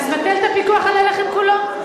אז בטל את הפיקוח על הלחם כולו.